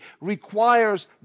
requires